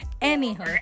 Anyhow